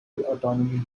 autonomy